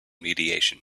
mediation